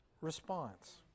response